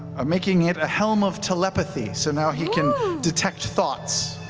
um making it a helm of telepathy so now he can detect thoughts.